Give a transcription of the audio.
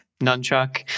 nunchuck